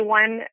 one